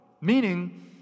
meaning